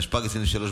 התשפ"ג 2023,